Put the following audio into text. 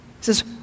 says